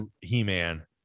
He-Man